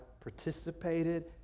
participated